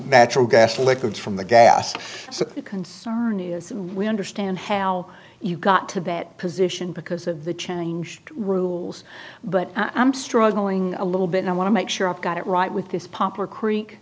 natural gas liquids from the gas so you can see we understand how you got to bit position because of the changed rules but i'm struggling a little bit i want to make sure i've got it right with this popper creek